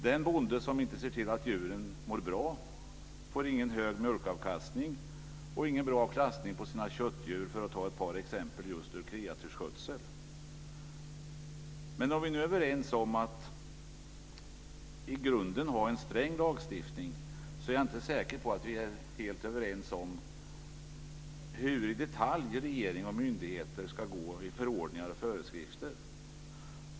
Den bonde som inte ser till att djuren mår bra får ingen hög mjölkavkastning och ingen bra klassning på sina köttdjur, för att ta ett par exempel just ur kreatursskötseln. Men om vi nu är överens om att i grunden ha en sträng lagstiftning är jag inte säker på att vi är helt överens om hur i detalj regering och myndigheter ska gå i förordningar och föreskrifter.